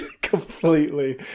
Completely